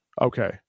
okay